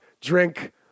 drink